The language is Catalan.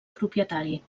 propietari